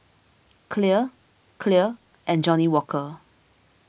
Clear Clear and Johnnie Walker